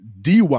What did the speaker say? DY